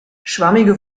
schwammige